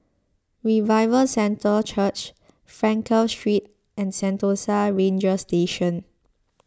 Revival Centre Church Frankel Street and Sentosa Ranger Station